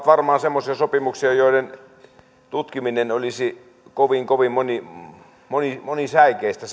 varmaan semmoisia sopimuksia joiden tutkiminen olisi kovin kovin monisäikeistä